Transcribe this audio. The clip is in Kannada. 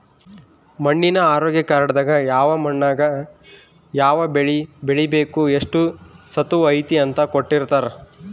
ಮಣ್ಣಿನ ಆರೋಗ್ಯ ಕಾರ್ಡ್ ದಾಗ ಯಾವ ಮಣ್ಣು ದಾಗ ಯಾವ ಬೆಳೆ ಬೆಳಿಬೆಕು ಎಷ್ಟು ಸತುವ್ ಐತಿ ಅಂತ ಕೋಟ್ಟಿರ್ತಾರಾ